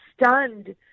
stunned